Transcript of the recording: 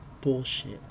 bullshit